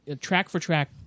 track-for-track